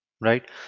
right